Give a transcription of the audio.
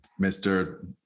Mr